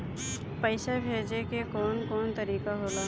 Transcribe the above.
पइसा भेजे के कौन कोन तरीका होला?